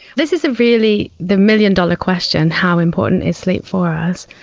this is really the million-dollar question how important is sleep for us?